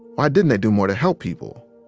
why didn't they do more to help people?